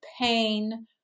pain